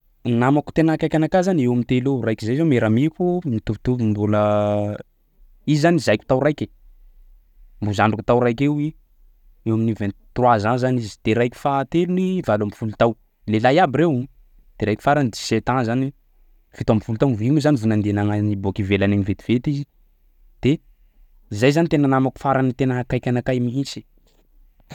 Namako tena akaiky anakah zany eo am'telo eo, raiky zay zao meilleur ami-ko mitovitovy mbola izy zany zaiko tao raiky mbo zandriko tao raiky eo i eo amin'ny vignt trois ans zany; de raiky fahatelony valo amby folo tao, lehilahy iaby reo; de raiky farany dix sept ans zany fito amby folo tao, io moa zany vao nagnagny boaky ivelany agny vetivety izy de zay zany tena namako farany tena akaiky anakahy mihitsy.